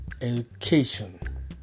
education